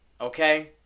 Okay